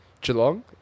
Geelong